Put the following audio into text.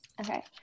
Okay